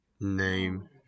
Name